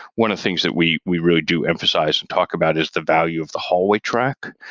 one of the things that we we really do emphasize and talk about is the value of the hallway track.